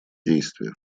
действия